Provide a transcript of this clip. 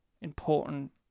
important